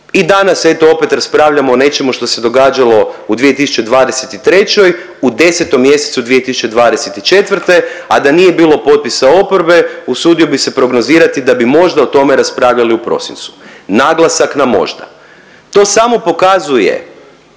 i danas eto opet raspravljamo o nečemu što se događalo u 2023., u 10 mjesecu 2024., a da nije bilo potpisa oporbe usudio bi se prognozirati da bi možda o tome raspravljali u prosincu, naglasak na možda. To samo pokazuje